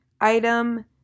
item